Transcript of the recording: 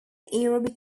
aerobic